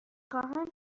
خواهم